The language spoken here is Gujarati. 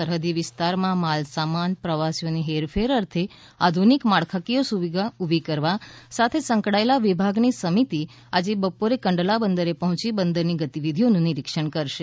સરહૃદી વિસ્તારમાં માલસામાન પ્રવાસીઓની હેરફેર અર્થે આધુનિક માળખાકીય સગવડો ઊભી કરવા સાથે સંકળાયેલા વિભાગની સમિતિ આજે બપોરે કંડલા બંદરે પહોંચી બંદરની ગતિવિધિઓનું નિરીક્ષણ કરશે